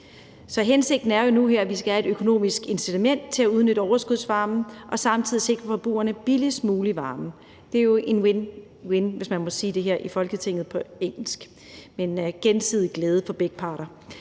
er jo nu her, at vi skal have et økonomisk incitament til at udnytte overskudsvarmen og samtidig sikre forbrugerne den billigst mulige varme. Det er jo win-win, hvis man må sige det her i Folketinget på engelsk, altså til gensidig glæde for begge parter,